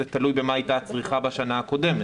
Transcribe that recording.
זה תלוי במה הייתה הצריכה בשנה הקודמת.